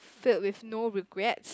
filled with no regrets